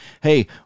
hey